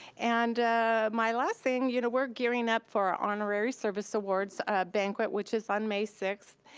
and my last thing, you know, we're gearing up for our honorary service awards banquet, which is on may sixth,